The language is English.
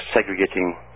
segregating